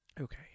Okay